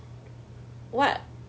what